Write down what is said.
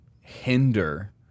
hinder